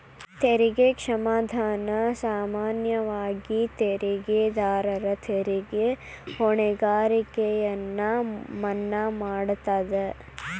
ತೆರಿಗೆ ಕ್ಷಮಾದಾನ ಸಾಮಾನ್ಯವಾಗಿ ತೆರಿಗೆದಾರರ ತೆರಿಗೆ ಹೊಣೆಗಾರಿಕೆಯನ್ನ ಮನ್ನಾ ಮಾಡತದ